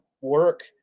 work